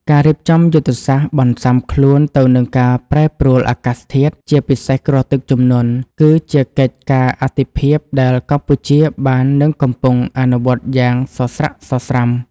ការរៀបចំយុទ្ធសាស្ត្របន្ស៊ាំខ្លួនទៅនឹងការប្រែប្រួលអាកាសធាតុ ជាពិសេសគ្រោះទឹកជំនន់ គឺជាកិច្ចការអាទិភាពដែលកម្ពុជាបាននឹងកំពុងអនុវត្តយ៉ាងសស្រាក់សស្រាំ។